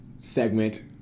segment